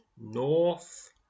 North